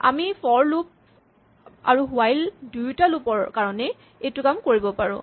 আমি ফৰ আৰু হুৱাইল দুয়োটা লুপ ৰ কাৰণে এইটো কাম কৰিব পাৰো